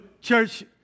church